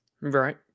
Right